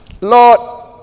Lord